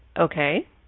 Okay